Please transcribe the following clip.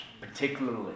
particularly